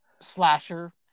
slasher